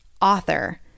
author